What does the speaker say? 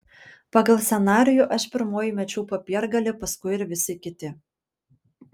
pagal scenarijų aš pirmoji mečiau popiergalį paskui ir visi kiti